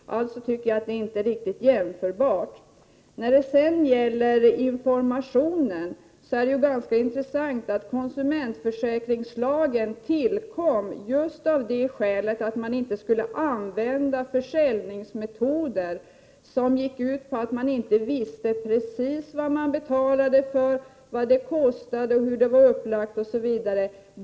Alltså tycker jag att det inte är riktigt jämförbart. Beträffande informationen är det ganska intressant att notera att konsumentförsäkringslagen tillkom just av det skälet att man inte skulle använda försäljningsmetoder som gick ut på att konsumenten inte visste precis vad han eller hon betalade för, vad det kostade, hur det var upplagt osv.